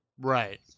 Right